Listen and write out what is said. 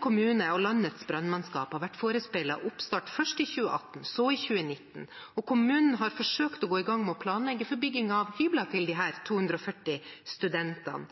kommune og landets brannmannskap har vært forespeilet oppstart først i 2018, så i 2019. Kommunen har forsøkt å gå i gang med å planlegge for bygging av hybler til disse 240 studentene,